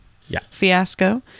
fiasco